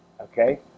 Okay